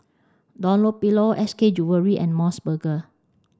Dunlopillo S K Jewellery and MOS Burger